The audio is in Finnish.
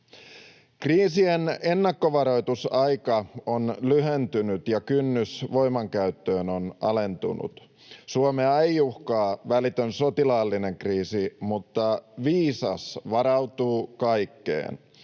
Kriisien ennakkovaroitusaika on lyhentynyt, ja kynnys voimankäyttöön on alentunut. Suomea ei uhkaa välitön sotilaallinen kriisi, mutta viisas varautuu kaikkeen